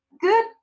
good